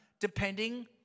depending